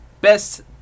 best